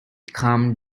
come